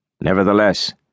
Nevertheless